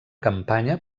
campanya